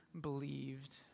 believed